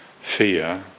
fear